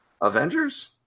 Avengers